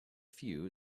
few